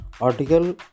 Article